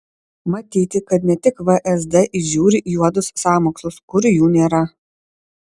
matyti kad ne tik vsd įžiūri juodus sąmokslus kur jų nėra